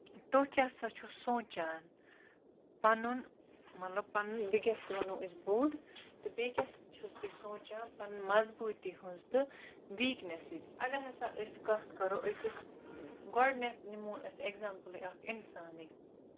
تُہۍ کیاہ سا چھِو سونچان پَنُن مطلب پَنُن بِگیسٹ وَنو أسۍ بوٚڑ تہٕ بیٚیہِ کیاہ چھِو تُہۍ سونچان پَنٕنۍ مضبوٗطی ہنز تہٕ ویٖکنیسٔچ اَگر ہسا أسۍ کَتھ کرو أکِس گۄڑٕنیتھ نِمہٕ ہون أسۍ اٮ۪کزامپٔل اکھ اِنسانٕے